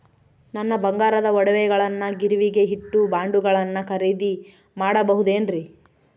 ನನ್ನ ಬಂಗಾರದ ಒಡವೆಗಳನ್ನ ಗಿರಿವಿಗೆ ಇಟ್ಟು ಬಾಂಡುಗಳನ್ನ ಖರೇದಿ ಮಾಡಬಹುದೇನ್ರಿ?